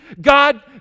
God